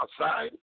outside